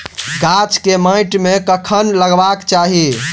गाछ केँ माइट मे कखन लगबाक चाहि?